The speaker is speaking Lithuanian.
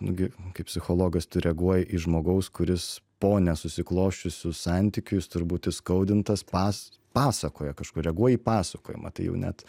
nu gi kaip psichologas tu reaguoji į žmogaus kuris po nesusiklosčiusių santykių jis turbūt įskaudintas pas pasakoja kažkur reaguoji į pasakojimą tai jau net